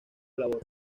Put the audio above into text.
labor